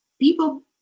people